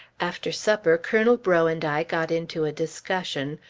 after supper, colonel breaux and i got into a discussion,